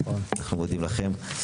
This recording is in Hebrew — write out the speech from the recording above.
אנחנו מודים לכם.